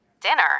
Dinner